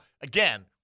again